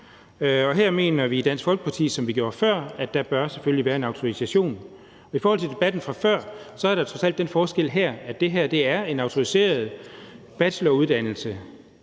her mener vi i Dansk Folkeparti, som vi gjorde før, at der selvfølgelig bør være en autorisation. I forhold til debatten fra før er der trods alt den forskel her, at det her er en autoriseret bacheloruddannelse,